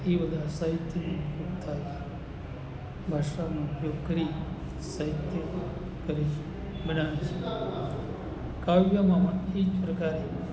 એ બધા સાહિત્યનો ઉપયોગ થાય ભાષાનો ઉપયોગ કરી સાહિત્ય કરી બનાવે છે કાવ્યમાં પણ એ જ પ્રકારે